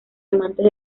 amantes